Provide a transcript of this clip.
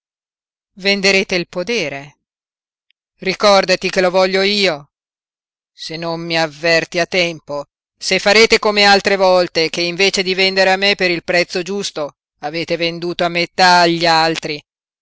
venderete il podere ricordati che lo voglio io se non mi avverti a tempo se farete come altre volte che invece di vendere a me per il prezzo giusto avete venduto a metà agli altri